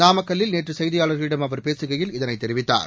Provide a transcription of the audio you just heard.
நாமக்கல்லில் நேற்று செய்தியாளர்களிடம் அவர் பேசுகையில் இதனை தெரிவித்தார்